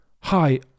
Hi